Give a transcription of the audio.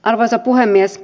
arvoisa puhemies